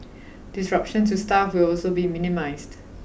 disruption to staff will also be minimised